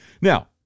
Now